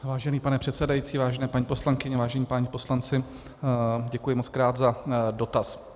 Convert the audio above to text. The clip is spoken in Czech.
Vážený pane předsedající, vážené paní poslankyně, vážení páni poslanci, děkuji mockrát za dotaz.